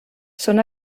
són